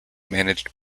managed